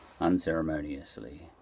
unceremoniously